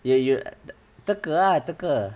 you you te~ teka ah teka